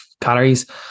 calories